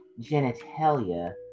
genitalia